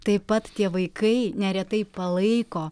taip pat tie vaikai neretai palaiko